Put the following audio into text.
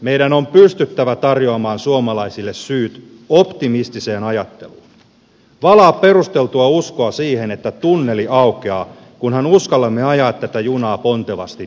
meidän on pystyttävä tarjoamaan suomalaisille syyt optimistiseen ajatteluun valamaan perusteltua uskoa siihen että tunneli aukeaa kunhan uskallamme ajaa tätä junaa pontevasti yhdessä